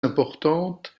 importante